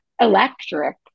electric